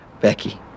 Becky